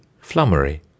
flummery